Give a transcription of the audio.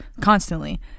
constantly